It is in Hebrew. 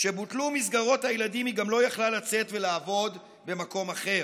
כשבוטלו מסגרות הילדים היא גם לא יכלה לצאת ולעבוד במקום אחר,